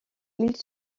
ils